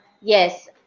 Yes